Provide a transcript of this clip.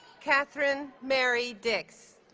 kathryn mary dix